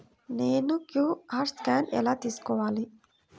నేను QR scan ఎలా తీసుకోవాలి?